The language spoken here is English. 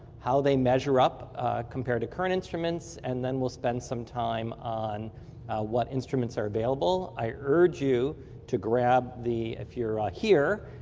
how they measure up compared to current instruments, and then we'll spend some time on what instruments are available. i urge you to grab the if you're here,